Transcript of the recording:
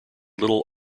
little